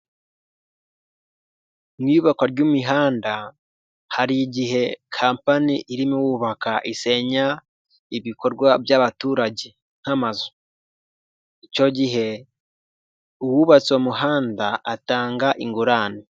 Mu iyubakwa ry'imihanda hari igihe kampani irimo irubaka isenya ibikorwa by'abaturage nk'amazu, icyo gihe uwubatse umuhanda atanga ingurane.